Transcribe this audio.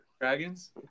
Dragons